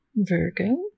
Virgo